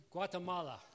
Guatemala